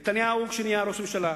הרי נתניהו לפני שנהיה ראש ממשלה,